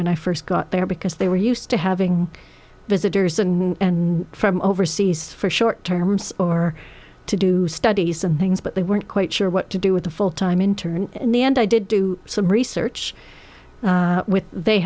when i first got there because they were used to having visitors and from overseas for short terms or to do studies and things but they weren't quite sure what to do with a full time intern in the end i did do some research with they